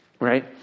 right